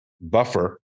buffer